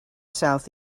south